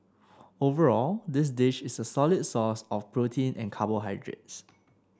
overall this dish is a solid source of protein and carbohydrates